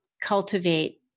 cultivate